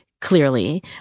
clearly